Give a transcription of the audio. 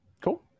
cool